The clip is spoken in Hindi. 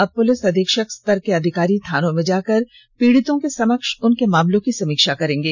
अब पुलिस अधीक्षक स्तर के अधिकारी थानों में जाकर पीड़ितों के समक्ष उनके मामलों की समीक्षा करेंगे